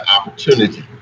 opportunity